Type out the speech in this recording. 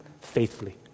faithfully